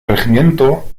regimiento